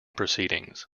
proceedings